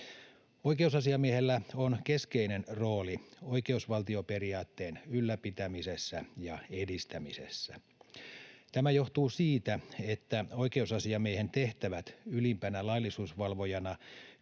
Oikeusasiamiehellä on keskeinen rooli oikeusvaltioperiaatteen ylläpitämisessä ja edistämisessä. Tämä johtuu siitä, että oikeusasiamiehen tehtävät ylimpänä laillisuusvalvojana